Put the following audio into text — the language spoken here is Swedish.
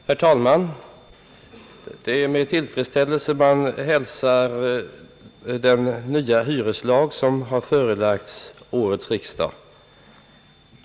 Herr talman! Det är med tillfredsställelse man hälsar den nya hyreslag som har förelagts årets riksdag.